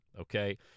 Okay